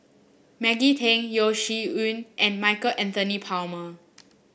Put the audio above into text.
Maggie Teng Yeo Shih Yun and Michael Anthony Palmer